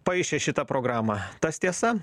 paišė šitą programą tas tiesa